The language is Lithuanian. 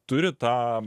turi tą